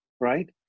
right